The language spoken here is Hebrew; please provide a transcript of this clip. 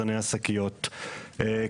אף מעל ומעבר לתחזיות.